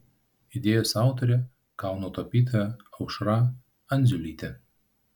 idėjos autorė kauno tapytoja aušra andziulytė